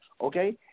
Okay